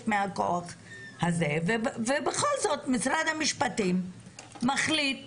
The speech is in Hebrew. מהגוף הזה ובכל זאת משרד המשפטים מחליט